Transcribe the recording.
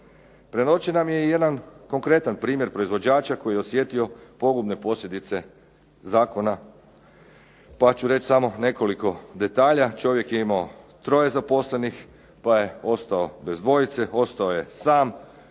Predočen nam je i jedan konkretan primjer proizvođača koji je osjetio pogubne posljedice zakona, pa ću reći samo nekoliko detalja. Čovjek je imao troje zaposlenih pa je ostao bez dvojice, ostao je sam.